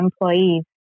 employees